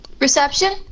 Reception